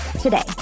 today